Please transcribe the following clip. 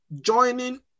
joining